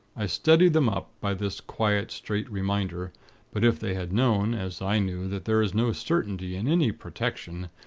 i steadied them up, by this quiet, straight reminder but if they had known, as i knew, that there is no certainty in any protection,